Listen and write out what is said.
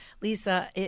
Lisa